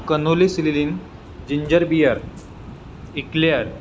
cannoli sicilian ginger beer eclairs